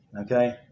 Okay